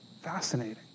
Fascinating